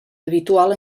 habitual